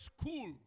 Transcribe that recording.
School